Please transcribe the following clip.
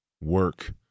work